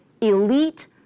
elite